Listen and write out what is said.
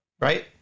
Right